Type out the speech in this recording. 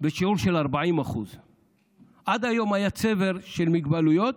בשיעור של 40%. עד היום היה צבר של מוגבלויות.